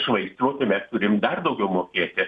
švaistymu tai mes turim dar daugiau mokėti